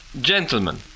Gentlemen